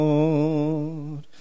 Lord